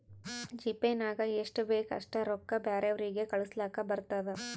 GPay ನಾಗ್ ಎಷ್ಟ ಬೇಕ್ ಅಷ್ಟ ರೊಕ್ಕಾ ಬ್ಯಾರೆವ್ರಿಗ್ ಕಳುಸ್ಲಾಕ್ ಬರ್ತುದ್